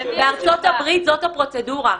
בארצות הברית זאת הפרוצדורה,